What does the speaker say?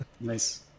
Nice